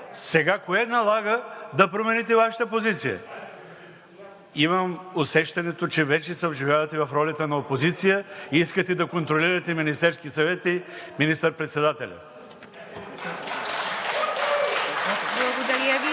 Сега кое налага да промените Вашата позиция? Имам усещането, че вече се вживявате в ролята на опозиция и искате да контролирате Министерския съвет и министър-председателя.